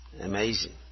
Amazing